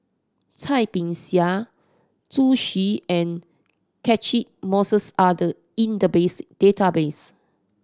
Cai Bixia Zhu Xu and Catchick Moses are the in the base database